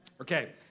Okay